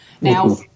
now